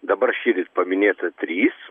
dabar šįryt paminėta trys